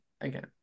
again